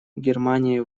германии